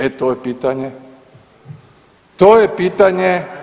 E to je pitanje, to je pitanje.